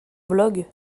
blog